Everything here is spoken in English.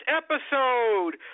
episode